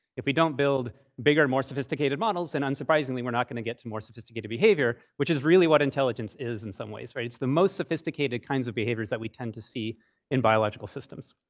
if we don't build bigger, and more sophisticated models, then unsurprisingly, we're not going to get to more sophisticated behavior, which is really what intelligence is in some ways, right? it's the most sophisticated kinds of behaviors that we tend to see in biological systems.